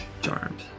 charmed